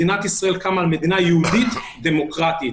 מדינת ישראל קמה כמדינה יהודית ודמוקרטית.